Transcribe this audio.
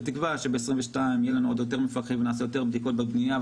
כולי תקווה שב-2020 יהיו לנו עוד יותר מפקחים ונעשה יותר בדיקות בבנייה,